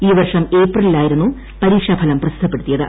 ഈ വർഷം ഏപ്രിലിലായിരുന്നു പരീക്ഷാഫലം പ്രസിദ്ധപ്പെടുത്തിയത്